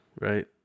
right